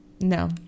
No